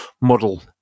model